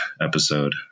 episode